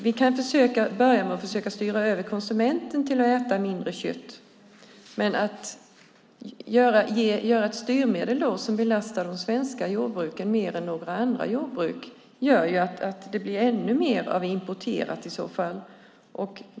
Vi kan börja med att försöka styra över konsumenten till att äta mindre kött, men ett styrmedel som belastar de svenska jordbruken mer än några andra jordbruk gör att det blir ännu mer av importerat kött.